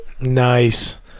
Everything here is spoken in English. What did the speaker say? Nice